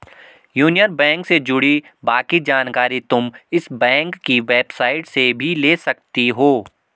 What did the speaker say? union bank से जुड़ी बाकी जानकारी तुम इस बैंक की वेबसाईट से भी ले सकती हो